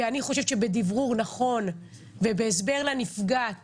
בדברור נכון ובהסבר לנפגעת